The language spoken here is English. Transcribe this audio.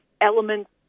elements